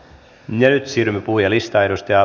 ja nyt siirrymme puhujalistaan